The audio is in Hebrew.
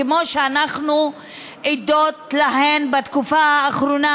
כמו שאנחנו עדות לה בתקופה האחרונה,